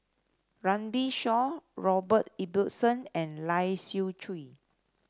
Runme Shaw Robert Ibbetson and Lai Siu Chiu